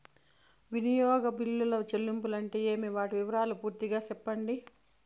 వినియోగ బిల్లుల చెల్లింపులు అంటే ఏమి? వాటి వివరాలు పూర్తిగా సెప్పండి?